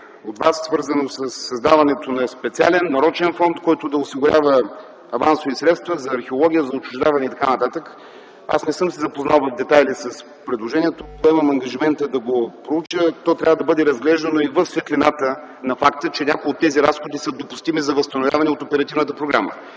от Вас, свързано със създаването на специален, нарочен фонд, който да осигурява авансови средства за археология, за отчуждаване и т.н. Не съм се запознал с предложението, поемам ангажимента да го проуча. То трябва да бъде разглеждано в светлината на факта, че някои от тези разходи са допустими за възстановяване от съответната оперативна програма.